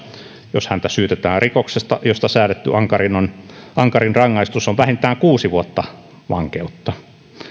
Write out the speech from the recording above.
jos häntä syytetään rikoksesta josta säädetty ankarin rangaistus on vähintään kuusi vuotta vankeutta